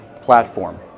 platform